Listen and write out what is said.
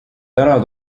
täna